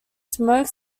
smoked